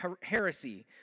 heresy